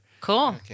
Cool